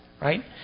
right